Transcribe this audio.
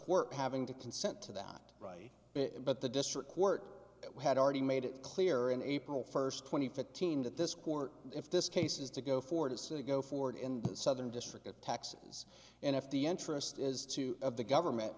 court having to consent to that right but the district court had already made it clear in april first twenty fifteen that this court if this case is to go forward is to go forward in the southern district of texas and if the interest is to have the government